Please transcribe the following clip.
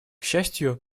счастью